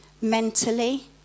mentally